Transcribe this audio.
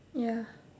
ya